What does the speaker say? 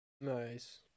Nice